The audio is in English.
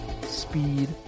speed